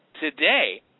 today